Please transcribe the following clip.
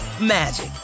magic